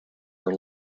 are